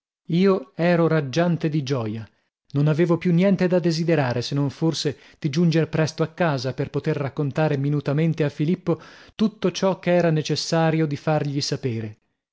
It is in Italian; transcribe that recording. io ero raggiante di gioia non avevo più niente da desiderare se non forse di giunger presto a casa per poter raccontare minutamente a filippo tutto ciò ch'era necessario di fargli sapere